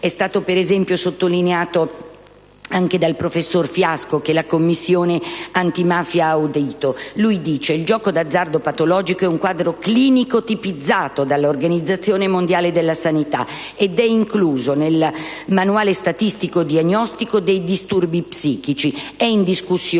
è stato sottolineato anche dal professor Fiasco, che la Commissione antimafia ha audito. Lui dice: «Il gioco d'azzardo patologico è un quadro clinico tipizzato dall'Organizzazione mondiale della sanità ed è incluso nel manuale statistico diagnostico dei disturbi psichici». È in discussione